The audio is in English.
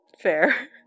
Fair